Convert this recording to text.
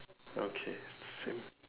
okay same